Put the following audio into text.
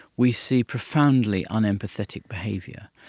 we see profoundly un-empathetic behaviour.